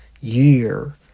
year